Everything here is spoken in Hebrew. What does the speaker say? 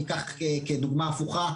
ניקח כדוגמה הפוכה,